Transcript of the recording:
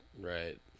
right